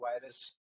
virus